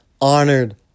honored